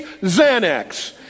Xanax